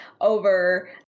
over